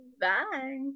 Bye